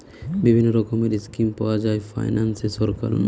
বিভিন্ন রকমের স্কিম পাওয়া যায় ফাইনান্সে সরকার নু